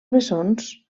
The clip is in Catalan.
bessons